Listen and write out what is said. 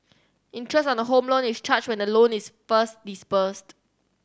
interest on a Home Loan is charged when the loan is first disbursed